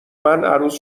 عروس